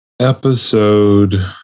episode